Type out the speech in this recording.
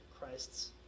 Christ's